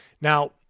Now